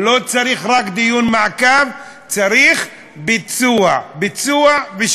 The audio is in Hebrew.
לא צריך רק דיון מעקב, צריך ביצוע ושיניים.